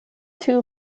two